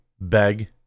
Beg